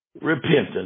repentance